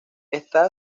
está